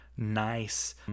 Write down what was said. Nice